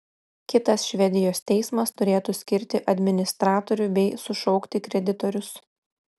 kitas švedijos teismas turėtų skirti administratorių bei sušaukti kreditorius